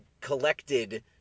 collected